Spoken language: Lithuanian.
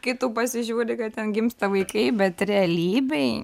kai tu pasižiūri kad ten gimsta vaikai bet realybėj